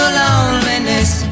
loneliness